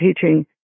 teaching